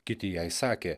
kiti jai sakė